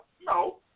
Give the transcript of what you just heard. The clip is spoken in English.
no